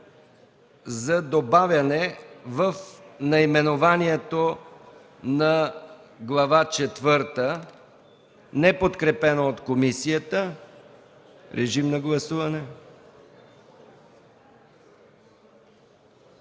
за добавяне в наименованието на Глава четвърта, неподкрепено от комисията. Режим на гласуване.